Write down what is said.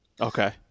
okay